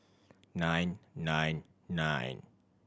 nine nine nine